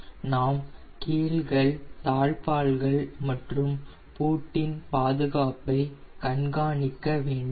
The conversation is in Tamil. நாம் கீல்கள் தாழ்ப்பாள்கள் மற்றும் பூட்டின் பாதுகாப்பை கண்காணிக்க வேண்டும்